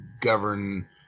govern